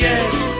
edge